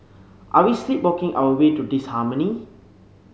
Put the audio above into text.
are we sleepwalking our way to disharmony